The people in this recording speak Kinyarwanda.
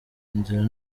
inzira